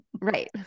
Right